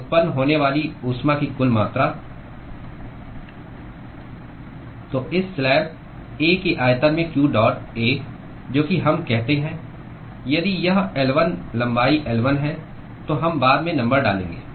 तो उत्पन्न होने वाली ऊष्मा की कुल मात्रा तो इस स्लैब A के आयतन में q डॉट A जो कि हम कहते हैं यदि यह L1 लंबाई L1 है तो हम बाद में नंबर डालेंगे